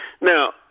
Now